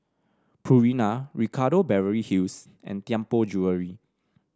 Purina Ricardo Beverly Hills and Tianpo Jewellery